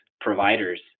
providers